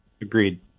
Agreed